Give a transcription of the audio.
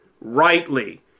rightly